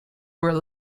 were